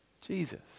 Jesus